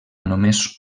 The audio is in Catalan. només